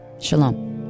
Shalom